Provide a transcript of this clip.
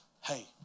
hey